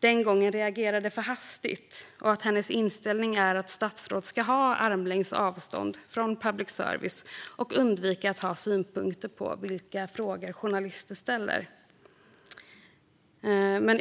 den gången reagerade för hastigt och att hennes inställning är att statsråd ska ha armlängds avstånd från public service och undvika att ha synpunkter på vilka frågor journalister ställer.